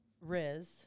Riz